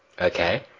Okay